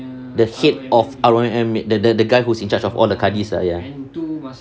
the head of R_O_M_M the guy who is in charge of all the kadi